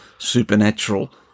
supernatural